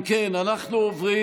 אם כן, אנחנו עוברים